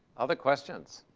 other questions?